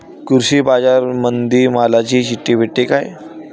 कृषीबाजारामंदी मालाची चिट्ठी भेटते काय?